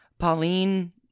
Pauline